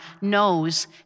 knows